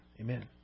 Amen